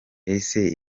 ese